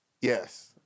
Yes